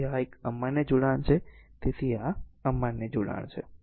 તેથી આ એક અમાન્ય જોડાણ છે તેથી આ અમાન્ય જોડાણ છે